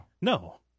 No